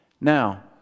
Now